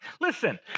Listen